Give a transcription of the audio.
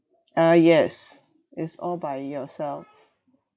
uh yes it's all by yourself